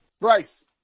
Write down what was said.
Bryce